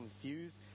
confused